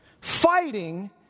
fighting